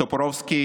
טופורובסקי